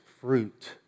fruit